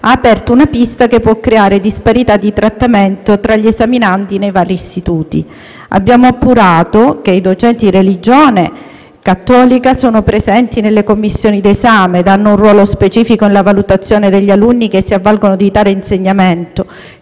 ha aperto una pista che può creare disparità di trattamento tra gli esaminandi nei vari istituti. Abbiamo appurato che i docenti di religione cattolica sono presenti nelle commissioni d'esame e hanno un ruolo specifico nella valutazione degli alunni che si avvalgono di tale insegnamento,